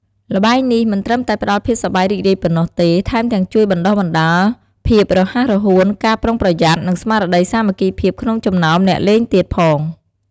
ល្បែងនេះមិនត្រឹមតែផ្ដល់ភាពសប្បាយរីករាយប៉ុណ្ណោះទេ ថែមទាំងជួយបណ្ដុះភាពរហ័សរហួន ការប្រុងប្រយ័ត្ន និងស្មារតីសាមគ្គីភាពក្នុងចំណោមអ្នកលេងទៀតផង។